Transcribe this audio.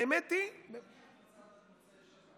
האמת היא, במוצאי שבת.